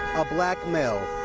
a black male.